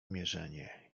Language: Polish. mierzenie